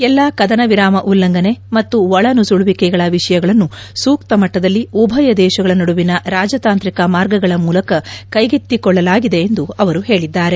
ಎಲ್ಲಾ ಕೆದನ ವಿರಾಮ ಉಲ್ಲಂಘನೆ ಮತ್ತು ಒಳ ನುಸುಳುವಿಕೆಗಳ ವಿಷಯಗಳನ್ನು ಸೂಕ್ತ ಮಟ್ಟದಲ್ಲಿ ಉಭೆಯ ದೇಶಗಲ ನಡುವಿನ ರಾಜತಾಂತ್ರಿಕ ಮಾರ್ಗಗಳ ಮೂಲಕ ಕೈಗೊಳ್ಳಲಾಗಿದೆ ಎಂದು ಹೇಳಿದರು